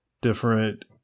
different